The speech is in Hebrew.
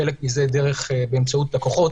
חלק מזה באמצעות לקוחות